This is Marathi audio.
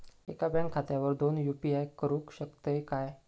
एका बँक खात्यावर दोन यू.पी.आय करुक शकतय काय?